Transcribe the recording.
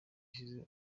ishize